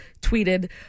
tweeted